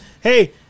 hey